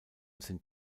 sind